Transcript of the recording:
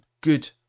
good